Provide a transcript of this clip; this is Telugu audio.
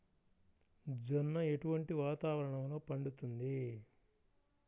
జొన్న ఎటువంటి వాతావరణంలో పండుతుంది?